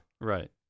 Right